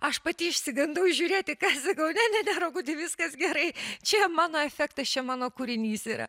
aš pati išsigandau žiūrėti ką sakau ne ne rokuti viskas gerai čia mano efektas čia mano kūrinys yra